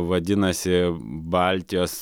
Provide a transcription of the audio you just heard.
vadinasi baltijos